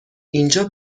اینجا